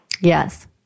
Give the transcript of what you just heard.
Yes